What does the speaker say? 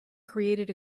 created